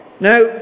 Now